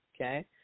okay